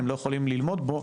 הם לא יכולים ללמוד בו,